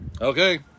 Okay